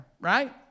right